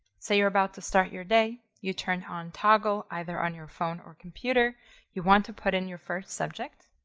so you're about to start your day, you turn on toggl either on your phone or computer you want to put in your first subject.